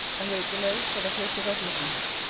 i wait below for the hope of admittance.